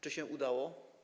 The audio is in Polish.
Czy się udało?